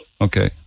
Okay